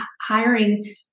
hiring